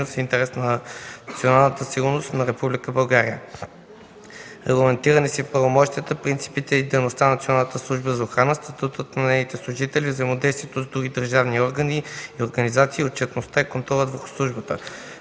в интерес на националната сигурност на Република България. Регламентирани са правомощията, принципите и дейността на Националната служба за охрана, статутът на нейните служители, взаимодействието с други държавни органи и организации, отчетността и контролът върху службата.